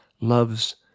loves